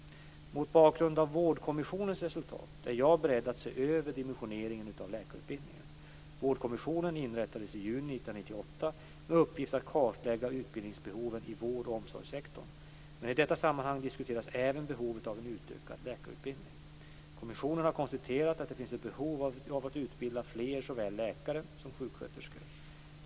Mot bakgrund av Vårdkommissionens resultat är jag beredd att se över dimensioneringen av läkarutbildningen. Vårdkommissionen inrättades i juni 1998 med uppgift att kartlägga utbildningsbehoven i vårdoch omsorgssektorn, men i detta sammanhang diskuteras även behovet av en utökad läkarutbildning. Kommissionen har konstaterat att det finns ett behov av att utbilda fler såväl läkare som sjuksköterskor.